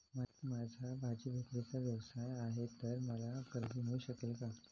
माझा भाजीविक्रीचा व्यवसाय आहे तर मला कर्ज मिळू शकेल का?